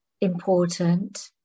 important